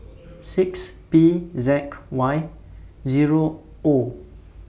six P Z Y Zero O